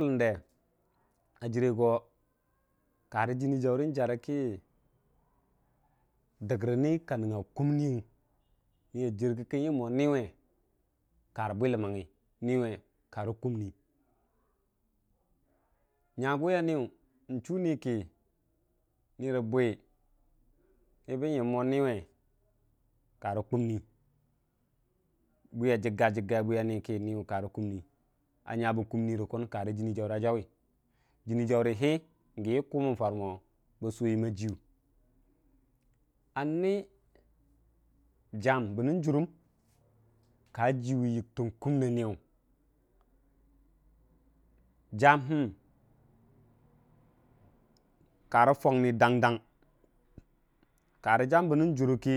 gʊlən de a jire go kare jəni jaurə yə jarə dəggi ni ka nəngnga kummiyu niya kərkə kən yəm mo niwe karə bwiləm nəngngi niwe karə kumni nyaguwi ya niyʊ ni rə buu kə bən yəm mo nəwe karə kumu bwiya jigga jigga kə kare kumni a jiyabə kumni rə kun karə jii ya jau jənni jaurəni gəyi mən farə mo mən su, yəmmə jiyu a nənni jam bənnəng jiirəm ka mura ji yitən kuniiya nəyu jaman karə fwanni dang dang karə jambə nən jurə kə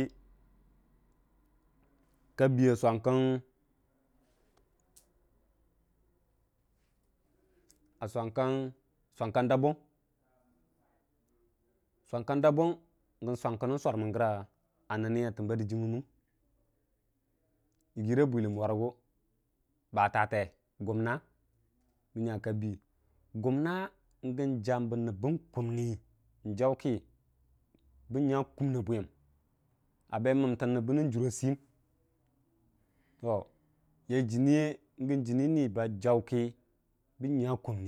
kabi ya swankən ka dabbo swang ka dabbo gən swang kə nəng sormən gəra nənna dijimən yigira bwiləm warəgu batate gumna bə nya ka bi gumn gən jambə nəbən kumni bən nya kumni a bwiyəm be məntən rə bə nən jura tiyəm yai jənniye gən jə ni ba jau ba nya kumni.